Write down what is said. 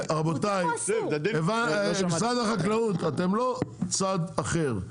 משרד החקלאות אתם לא צד אחר.